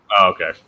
okay